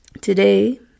today